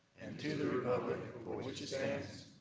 and to the republic for which it stands.